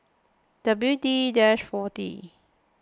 W D forty